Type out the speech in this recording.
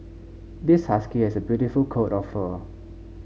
this husky has a beautiful coat of fur